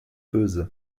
böse